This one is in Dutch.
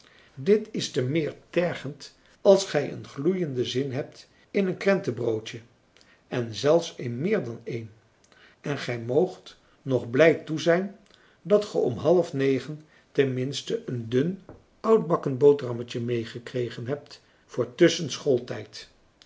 dit is te meer tergend als gij een gloeienden zin hebt in een krentenbroodje en zelfs in meer dan een en gij moogt nog blij toe zijn dat ge om half negen ten minste een dun oudbakken boterhammetje meegekregen hebt voor tusschen schooltijd